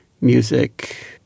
music